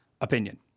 opinion